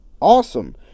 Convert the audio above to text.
awesome